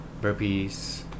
Burpees